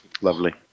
Lovely